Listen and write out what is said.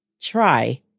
try